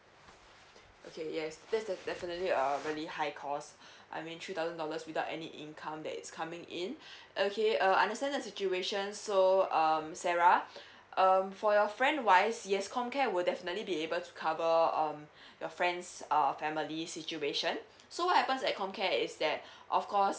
okay yes that's the definitely a really high cost I mean three thousand dollars without any income that is coming in okay uh understand the situation so um sarah um for your friend wise yes comcare will definitely be able to cover um your friend's uh family situation so what happens at comcare is that of course